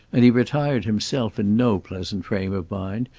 and he retired himself in no pleasant frame of mind.